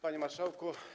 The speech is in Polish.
Panie Marszałku!